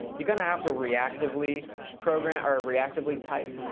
you're going to have to reactively program or ah reactively type.